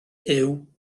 huw